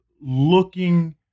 looking